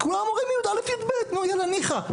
רק יא׳ ו-יב׳ אז ניחא?